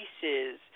pieces